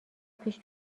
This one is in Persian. پیش